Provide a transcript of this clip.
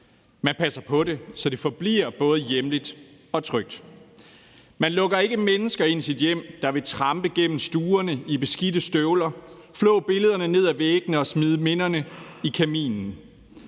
Man passer på det, så det forbliver både hjemligt og trygt. Man lukker ikke mennesker ind i sit hjem, der vil trampe gennem stuerne i beskidte støvler, flå billederne ned af væggene og smide minderne i kaminen.